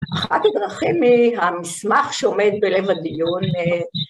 אחת הדרכים מהמסמך שעומד בלב הדיון